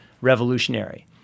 revolutionary